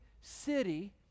city